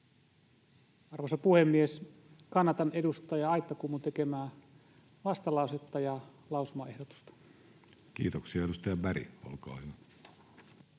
Arvoisa puhemies! Kannatan edustaja Aittakummun tekemää vastalausetta ja lausumaehdotusta. Kiitoksia. — Edustaja Berg, olkaa hyvä.